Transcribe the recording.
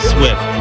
Swift